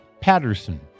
Patterson